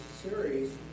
series